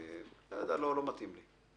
לא יודע, לא מתאים לי.